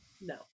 no